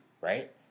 right